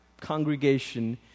congregation